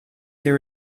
there